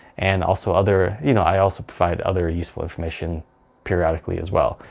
and also other you know, i also provide other useful information periodically as well.